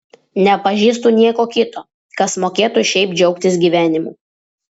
nepažįstu nieko kito kas mokėtų šiaip džiaugtis gyvenimu